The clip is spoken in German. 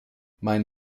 mein